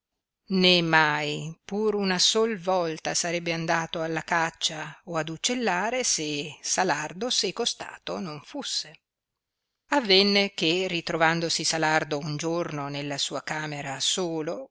né mai pur una sol volta sarebbe andato alla caccia o ad uccellare se salardo seco stato non fusse avenne che ritrovandosi salardo un giorno nella sua camera solo